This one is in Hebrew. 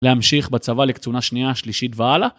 להמשיך בצבא לקצונה שנייה, שלישית והלאה.